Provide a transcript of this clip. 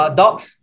dogs